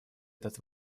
этот